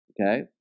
Okay